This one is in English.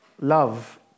love